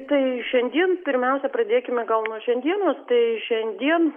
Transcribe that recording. tai šiandien pirmiausia pradėkime gal nuo šiandienos tai šiandien